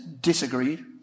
disagreed